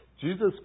Jesus